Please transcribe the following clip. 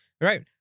Right